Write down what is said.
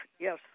yes